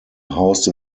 housed